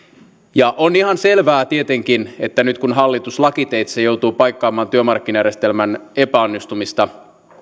on ihan selvää tietenkin että nyt kun hallitus lakiteitse joutuu paikkaamaan työmarkkinajärjestelmän epäonnistumista